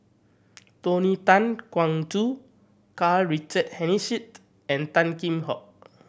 Tony Tan Keng Joo Karl Richard Hanitsch and Tan Kheam Hock